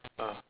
ah